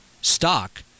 stock